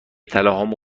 طلاهامو